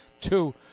Two